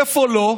איפה לא?